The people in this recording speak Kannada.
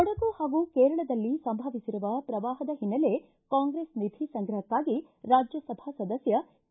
ಕೊಡಗು ಹಾಗೂ ಕೇರಳದಲ್ಲಿ ಸಂಭವಿಸಿರುವ ಪ್ರವಾಹದ ಹಿನ್ನೆಲೆ ಕಾಂಗ್ರೆಸ್ ನಿಧಿ ಸಂಗ್ರಹಕ್ಕಾಗಿ ರಾಜ್ಯಸಭಾ ಸದಸ್ಯ ಕೆ